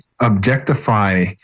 objectify